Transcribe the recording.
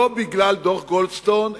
לא בגלל דוח גולדסטון,